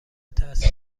تاثیر